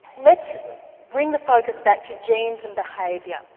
let's bring the focus back to genes and behaviour,